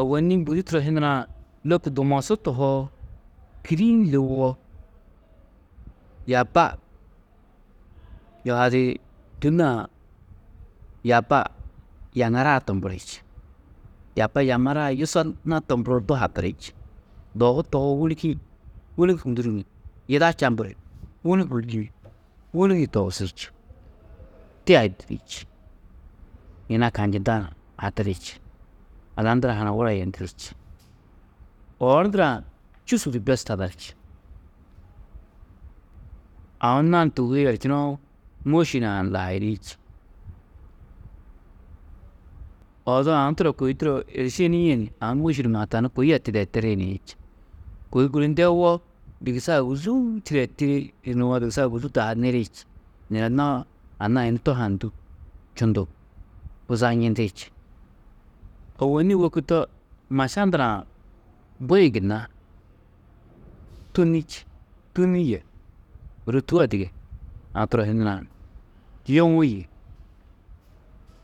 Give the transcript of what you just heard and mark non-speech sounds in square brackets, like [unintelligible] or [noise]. Ôwonni bûgudi turo hinirã, lôko dumosu tohoo kîri-ĩ liwo yaaba yuhadi Tû naa yaaba yaŋaraa tombiri či, yaaba yaŋaraa yusonna tomburoo, du handiri či, dohu tohoo, wûnigi-ĩ, wûni hûnduru ni yida čamburu ni wûni [unintelligible] wûnigo-ĩ tobusi či, tia yûturi či, yina kanjindã hatiri či, ada ndurã ha ni wura yendiri či, oor ndurã čûsu du bes tadar či, aũ nani tûgohu yerčunoo, môši hunã ha ni lahayini či, odu aũ turo kôi turo êrišenie ni aũ môši numa ha tani kôi a tidee tiri niĩ či, kôi guru ndewo, dugusa ôguzuu, tidee tiri nuwo dugusa ôguzuu taa ha niri či, nirenoó anna-ã yunu tohã ndû čundu huzanjindi či. Ôwonni wôku to maša ndurã bui-ĩ gunna tûnni či, tûnni yê ôro Tûa dige aũ turo ho hinirã, yuũ yê